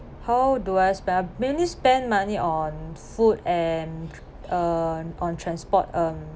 how do I spend mainly spend money on food and uh on transport um